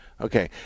Okay